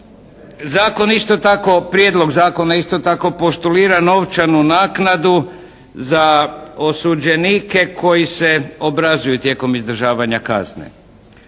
Prijedlog zakona isto tako postulira novčanu naknadu za osuđenike koji se obrazuju tijekom izdržavanja kazne.